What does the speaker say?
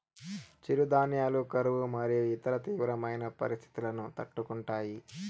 చిరుధాన్యాలు కరువు మరియు ఇతర తీవ్రమైన పరిస్తితులను తట్టుకుంటాయి